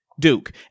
Duke